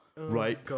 right